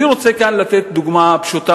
אני רוצה כאן לתת דוגמה פשוטה,